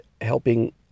helping